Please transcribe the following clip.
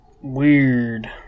Weird